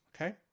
okay